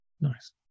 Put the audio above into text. Nice